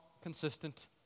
consistent